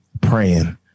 Praying